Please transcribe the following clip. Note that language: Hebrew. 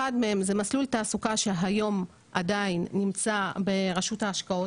אחד מהם זה מסלול תעסוקה שהיום עדיין נמצא ברשות ההשקעות